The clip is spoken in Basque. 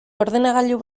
ordenagailu